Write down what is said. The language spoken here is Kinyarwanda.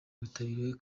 witabiriwe